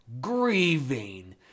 grieving